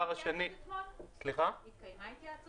התקיימה התייעצות?